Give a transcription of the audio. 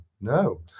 no